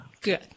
Good